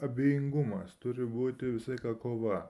abejingumas turi būti visą laiką kova